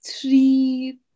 three